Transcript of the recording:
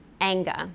Anger